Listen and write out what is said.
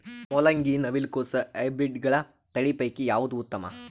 ಮೊಲಂಗಿ, ನವಿಲು ಕೊಸ ಹೈಬ್ರಿಡ್ಗಳ ತಳಿ ಪೈಕಿ ಯಾವದು ಉತ್ತಮ?